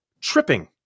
Tripping